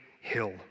hill